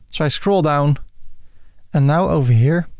so i scroll down and now over here,